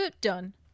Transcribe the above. done